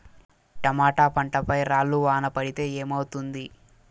Tomato పంట పై రాళ్లు వాన పడితే ఏమవుతుంది?